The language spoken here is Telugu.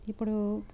ఇప్పుడు